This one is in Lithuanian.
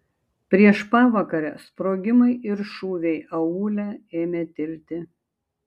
prieš pavakarę sprogimai ir šūviai aūle ėmė tilti